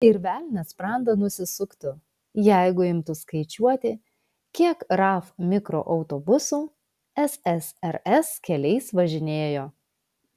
ir velnias sprandą nusisuktų jeigu imtų skaičiuoti kiek raf mikroautobusų ssrs keliais važinėjo